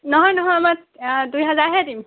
নহয় নহয় মই দুই হাজাৰহে দিম